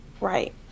Right